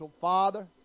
Father